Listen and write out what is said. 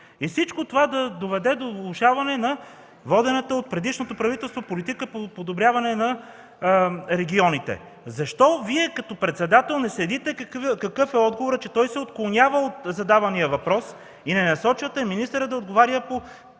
и всичко това да доведе до влошаване на водената от предишното правителство политика по подобряване на регионите. Защо Вие като председател не следите какъв е отговорът – че той се отклонява от задавания въпрос и не насочвате министъра да отговаря на